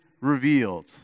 revealed